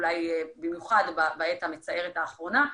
אולי במיוחד בעת המצערת האחרונה,